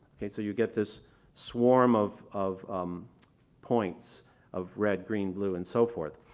okay, so you get this swarm of of points of red, green, blue, and so forth.